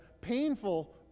painful